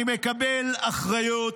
אני מקבל אחריות.